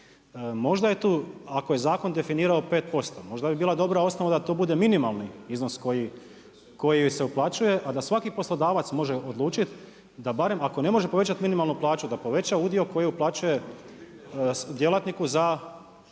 Možda je tu, ako je zakon definirao 5%, možda bi bila dobra osnova da to bude minimalni iznos koji se uplaćuje a da svaki poslodavac može odlučiti da barem, ako ne može povećati minimalnu plaću, da poveća udio koji uplaćuju djelatniku za